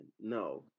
no